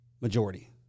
majority